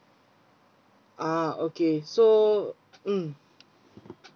ah okay so mm